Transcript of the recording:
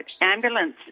ambulance